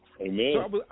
Amen